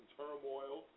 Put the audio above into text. turmoil